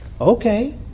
okay